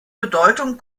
bedeutung